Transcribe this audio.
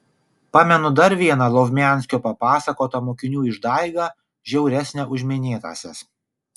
pamenu dar vieną lovmianskio papasakotą mokinių išdaigą žiauresnę už minėtąsias